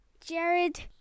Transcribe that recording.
Jared